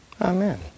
Amen